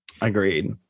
Agreed